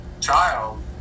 child